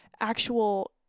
actual